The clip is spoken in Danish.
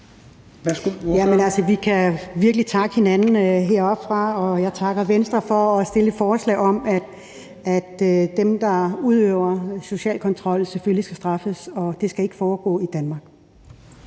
vi kan virkelig takke hinanden. Jeg takker Venstre for at fremsætte et forslag om, at dem, der udøver social kontrol, selvfølgelig skal straffes. Det skal ikke foregå i Danmark.